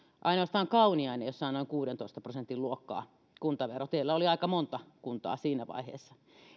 ainoastaan kauniainen jossa on noin kuudentoista prosentin luokkaa kuntavero teillä oli aika monta kuntaa siinä vaiheessa